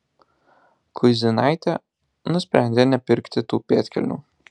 kuizinaitė nusprendė nepirkti tų pėdkelnių